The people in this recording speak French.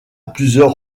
plusieurs